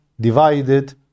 divided